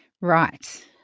Right